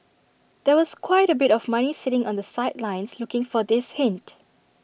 there was quite A bit of money sitting on the sidelines looking for this hint